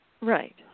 Right